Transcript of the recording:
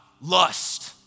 lust